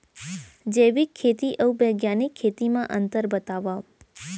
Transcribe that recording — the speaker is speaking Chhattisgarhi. जैविक खेती अऊ बैग्यानिक खेती म अंतर बतावा?